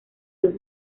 los